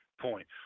point